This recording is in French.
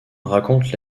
raconte